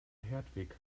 hertwig